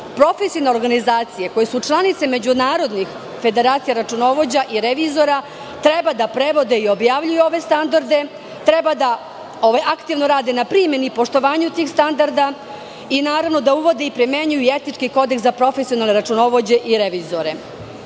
profesionalne organizacije, koje su članice međunarodnih federacija računovođa i revizora, treba da prevode i objavljuju ove standarde, treba da aktivno rade na primeni i poštovanju tih standarda i, naravno, da uvode i primenjuju i etički kodeks za profesionalne računovođe i revizore. Vi